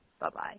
Bye-bye